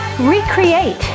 recreate